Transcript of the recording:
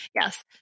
Yes